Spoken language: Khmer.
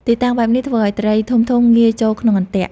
ទីតាំងបែបនេះធ្វើឲ្យត្រីធំៗងាយចូលក្នុងអន្ទាក់។